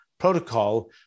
protocol